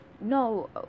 No